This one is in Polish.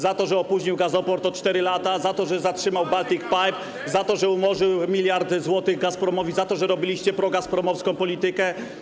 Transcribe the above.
Za to, że opóźnił gazoport o 4 lata, za to, że zatrzymał Baltic Pipe, za to, że umorzył miliardy złotych Gazpromowi, za to, że robiliście progazpromowską politykę?